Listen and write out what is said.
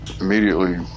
immediately